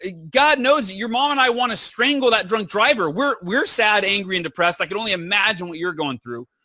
ah god knows your mom and i want to strangle that drunk driver. we're we're sad, angry and depressed. i can only imagine what you're going through.